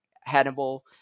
Hannibal